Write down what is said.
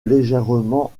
légèrement